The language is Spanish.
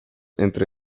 entre